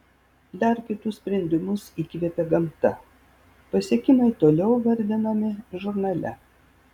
dar kitus sprendimus įkvėpė gamta pasiekimai toliau vardinami žurnale